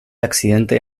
accidente